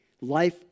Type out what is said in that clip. Life